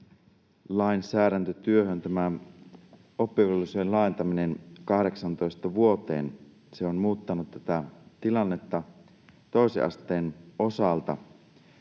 vaikuttanut myöskin tämä oppivelvollisuuden laajentaminen 18 ikävuoteen. Se on muuttanut tätä tilannetta toisen asteen osalta.